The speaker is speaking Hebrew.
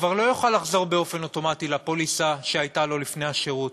כבר לא יוכל לחזור באופן אוטומטי לפוליסה שהייתה לו לפני השירות,